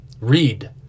Read